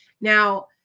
now